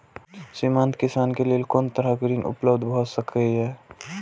सीमांत किसान के लेल कोन तरहक ऋण उपलब्ध भ सकेया?